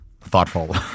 thoughtful